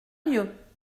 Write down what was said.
mieux